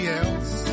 else